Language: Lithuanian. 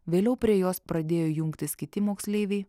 vėliau prie jos pradėjo jungtis kiti moksleiviai